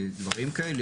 דברים כאלה.